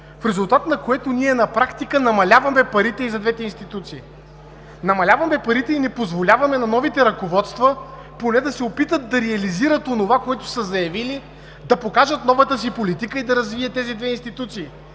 в резултат на което ние на практика намаляваме парите и за двете институции. Намаляваме парите и не позволяваме на новите ръководства поне да се опитат да реализират онова, което са заявили, да покажат новата си политика и да развият тези две институции.